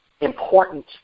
important